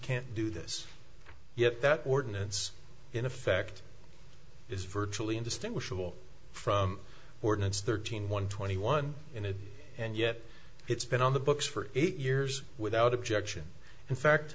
can't do this yet that ordinance in effect is virtually indistinguishable from ordinance thirteen one twenty one in it and yet it's been on the books for eight years without objection in fact